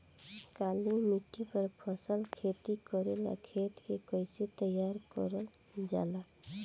काली मिट्टी पर फसल खेती करेला खेत के कइसे तैयार करल जाला?